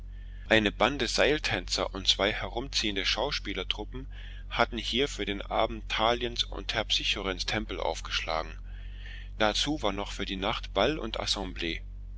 eine bande seiltänzer und zwei herumziehende schauspielertruppen hatten hier für den abend thaliens und terpsichorens tempel aufgeschlagen dazu war noch für die nacht ball und assemblee